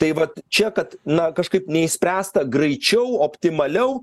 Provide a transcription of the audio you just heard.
tai vat čia kad na kažkaip neišspręsta greičiau optimaliau